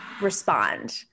respond